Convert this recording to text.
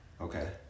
Okay